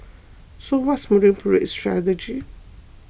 so what's Marine Parade's strategy